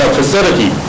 facility